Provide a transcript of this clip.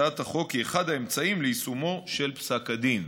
הצעת החוק היא אחד האמצעים ליישומו של פסק הדין.